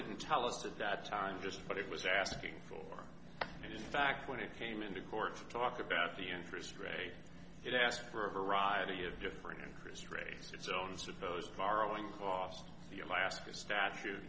didn't tell us at that time just what it was asking for and in fact when it came into court to talk about the interest rate it asked for a variety of different interest rates to its own supposed borrowing cost the alaska statute